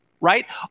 right